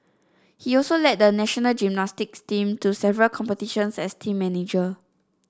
he also led the national gymnastics team to several competitions as team manager